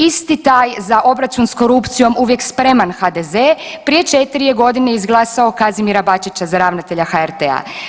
Isti taj za obračun s korupcijom uvijek spreman HDZ prije četiri je godine izglasao Kazimira Bačića za ravnatelja HRT-a.